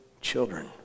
children